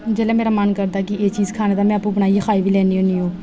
जिसलै मेरा मन करदा ते में उसलै ओह् चीज़ बनाइयै खाई बी लैन्नी होन्नी